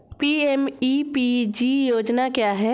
PMEPG योजना क्या है?